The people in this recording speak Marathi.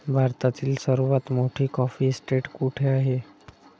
भारतातील सर्वात मोठी कॉफी इस्टेट कुठे आहे?